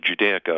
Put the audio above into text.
Judaica